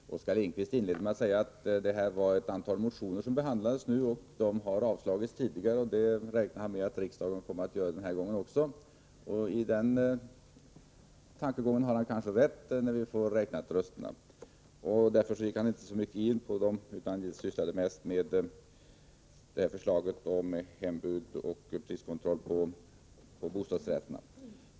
Fru talman! Oskar Lindkvist inledde med att säga att det är ett antal motioner som nu behandlas, att de har avslagits tidigare och att han räknade med att riksdagen kommer att avslå dem den här gången också. I den tankegången har han kanske rätt — det får vi se när rösterna räknats. Oskar Lindkvist gick inte så mycket in på motionerna utan talade mest om förslaget om hembud och priskontroll när det gäller bostadsrätterna.